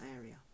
area